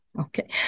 Okay